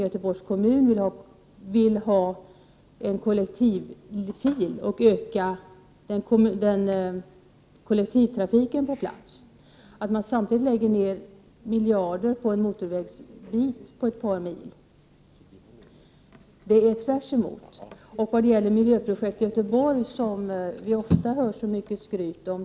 Göteborgs kommun ville ha en kollektivfil och öka kollektivtrafiken i stället. Är det verkligen rimligt att lägga ner miljarder på en motorvägsbit på ett par mil samtidigt som dessa utredningar pågår? Det är motstridande åtgärder. Miljöprojekt Göteborg hör vi ofta mycket skryt om.